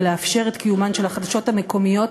לאפשר את קיומן של החדשות המקומיות,